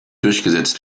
durchgesetzt